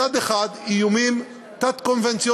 מצד אחד, איומים תת-קונבנציונליים.